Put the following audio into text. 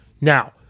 Now